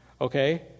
okay